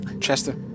Chester